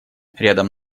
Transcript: рядом